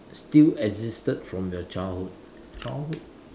still existed from your childhood childhood